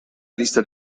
lista